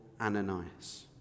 Ananias